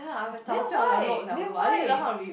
then why then why